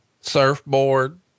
Surfboard